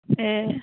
ए